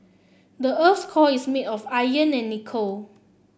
the earth's core is made of iron and nickel